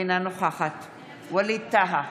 אינה נוכחת ווליד טאהא,